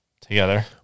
together